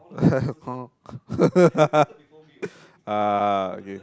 hor ah okay